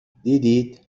دیدید